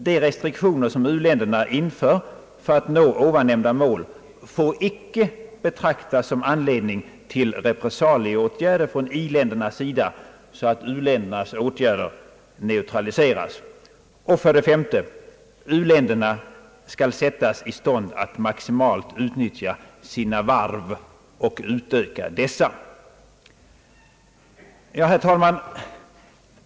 De restriktioner, som u-länderna inför för att nå ovannämnda mål, får icke betraktas som anledning till repressalieåtgärder från i-ländernas sida, så att u-ländernas åtgärder neutraliseras. 53. U-länderna skall sättas i stånd att maximalt utnyttja sina varv och utöka dessa. Herr talman!